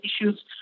issues